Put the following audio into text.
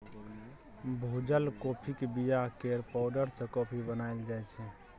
भुजल काँफीक बीया केर पाउडर सँ कॉफी बनाएल जाइ छै